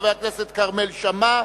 חבר הכנסת כרמל שאמה,